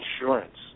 insurance